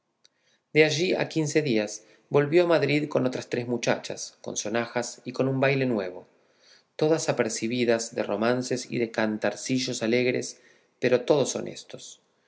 de allí a quince días volvió a madrid con otras tres muchachas con sonajas y con un baile nuevo todas apercebidas de romances y de cantarcillos alegres pero todos honestos